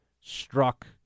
Struck